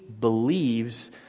believes